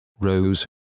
Rose